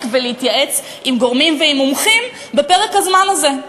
ולהתייעץ עם גורמים ועם מומחים בפרק הזמן הזה.